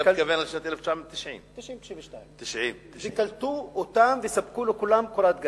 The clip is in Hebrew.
אתה מתכוון לשנת 1990. 1990 1992. 1990. קלטו אותם וסיפקו לכולם קורת גג.